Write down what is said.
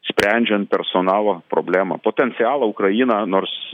sprendžiant personalo problemą potencialo ukraina nors